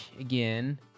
again